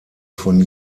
von